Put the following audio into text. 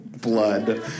blood